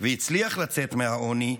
והצליח לצאת מהעוני,